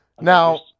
Now